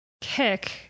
kick